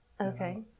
Okay